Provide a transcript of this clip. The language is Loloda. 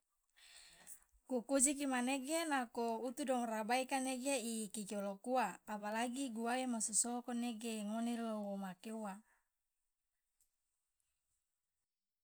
kukujiki manege nako utu dongraba ika nege ikikiolokuwa apalagi guawe ma sosowoko nege ngone lo wo make uwa.